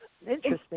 Interesting